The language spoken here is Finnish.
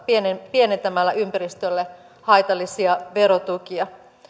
pienentämällä ympäristölle haitallisia verotukia